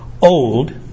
old